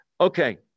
Okay